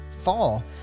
fall